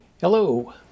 Hello